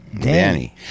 Danny